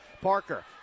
Parker